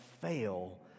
fail